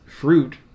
fruit